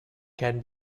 can